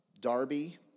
Darby